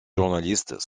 journalistes